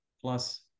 plus